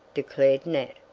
declared nat,